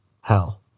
hell